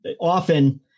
often